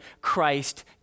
Christ